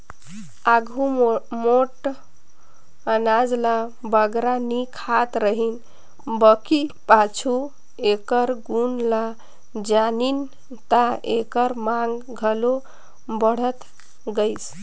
आघु मोट अनाज ल बगरा नी खात रहिन बकि पाछू एकर गुन ल जानिन ता एकर मांग घलो बढ़त गइस